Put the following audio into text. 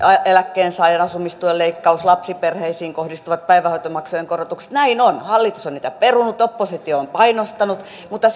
eläkkeensaajan asumistuen leikkauksen lapsiperheisiin kohdistuvat päivähoitomaksujen korotukset näin on hallitus on niitä perunut oppositio on painostanut mutta